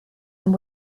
and